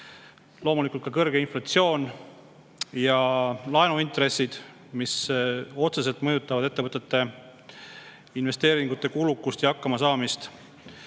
mõjutavad ka kõrge inflatsioon ja laenuintressid otseselt ettevõtete investeeringute kulukust ja hakkamasaamist.